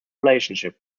relationship